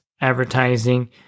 Advertising